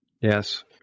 yes